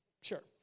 sure